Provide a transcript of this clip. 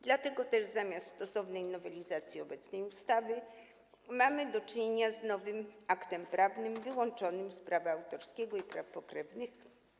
Dlatego zamiast stosownej nowelizacji obecnej ustawy mamy do czynienia z nowym aktem prawnym, wyłączonym z prawa autorskiego i praw pokrewnych.